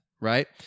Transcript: right